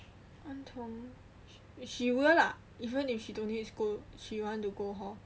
en tong she will lah even if she don't need school she want to go hall